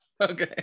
Okay